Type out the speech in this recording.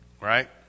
Right